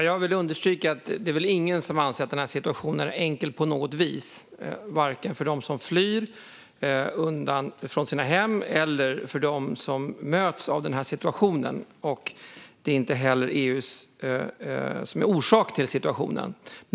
Fru talman! Det är väl ingen, vill jag understryka, som anser att situationen på något vis är enkel, vare sig för dem som flyr från sina hem eller för dem som möts av den här situationen. Det är inte heller EU som är orsak till situationen.